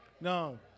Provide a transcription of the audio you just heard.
No